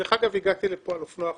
דרך אגב, הגעתי לכאן על אופנוע חשמלי.